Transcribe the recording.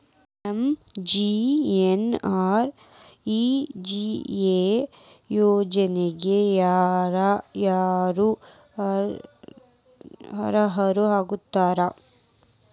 MGNREGA ಯೋಜನೆಗೆ ಯಾರ ಯಾರು ಅರ್ಹರು ಆಗ್ತಾರ?